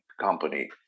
Company